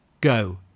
Go